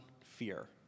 fear